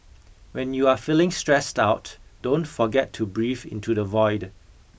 when you are feeling stressed out don't forget to breathe into the void